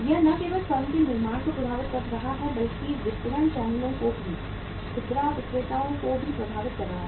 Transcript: यह न केवल फर्म के निर्माण को प्रभावित कर रहा है बल्कि वितरण चैनलों को भी खुदरा विक्रेताओं को भी प्रभावित कर रहा है